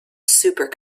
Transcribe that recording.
super